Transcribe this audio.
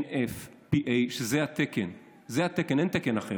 ה-NFPA" זה התקן, אין תקן אחר,